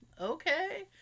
okay